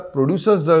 Producers